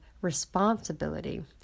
responsibility